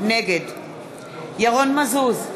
נגד ירון מזוז,